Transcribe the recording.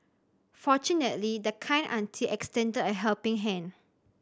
fortunately the kind auntie extended a helping hand